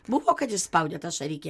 buvo kad išspaudėt ašarikę